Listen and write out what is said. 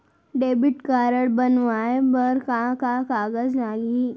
Debit card बनवाये बर का का कागज लागही?